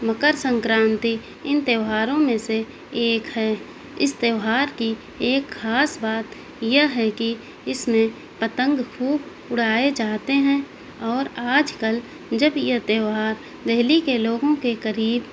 مکرسنکرانتی ان تیوہاروں میں سے ایک ہے اس تیوہار کی ایک خاص بات یہ ہے کہ اس میں پتنگ خوب اڑائے جاتے ہیں اور آج کل جب یہ تیوہار دہلی کے لوگوں کے قریب